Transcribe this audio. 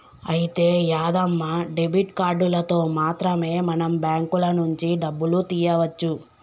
అయితే యాదమ్మ డెబిట్ కార్డులతో మాత్రమే మనం బ్యాంకుల నుంచి డబ్బులు తీయవచ్చు